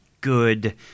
good